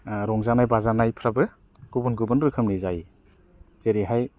रंजानाय बाजानाय फोराबो गुबुन गुबुन रोखोमनि जायो जेरैहाय